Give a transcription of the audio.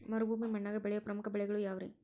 ಮರುಭೂಮಿ ಮಣ್ಣಾಗ ಬೆಳೆಯೋ ಪ್ರಮುಖ ಬೆಳೆಗಳು ಯಾವ್ರೇ?